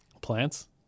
Plants